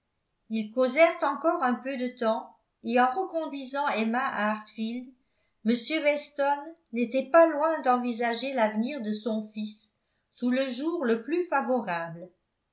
ils causèrent encore un peu de temps et en reconduisant emma à hartfield m weston n'était pas loin d'envisager l'avenir de son fils sous le jour le plus favorable